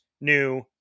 new